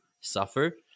suffer